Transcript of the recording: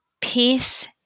Peace